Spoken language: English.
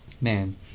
Man